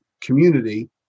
community